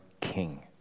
King